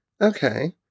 Okay